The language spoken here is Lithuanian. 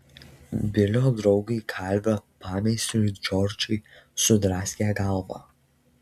bilio draugui kalvio pameistriui džordžui sudraskė galvą